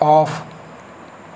off